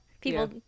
people